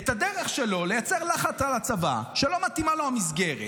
את הדרך שלו לייצר לחץ על הצבא כשלא מתאימה לו המסגרת,